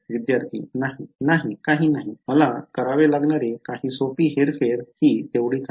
विद्यार्थी नाही नाही काही नाही मला करावे लागणारी काही सोपी हेरफेर ही आहेत